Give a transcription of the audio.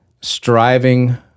striving